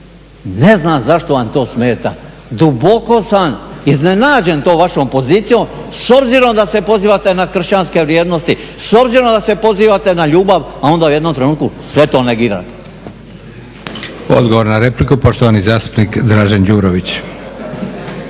Ne znam zašto vam to smeta. Duboko sam iznenađen tom vašom pozicijom s obzirom da se pozivate na kršćanske vrijednosti, s obzirom da se pozivate na ljubav, a onda u jednom trenutku sve to negirate. **Leko, Josip (SDP)** Odgovor na repliku, poštovani zastupnik Dražen Đurović.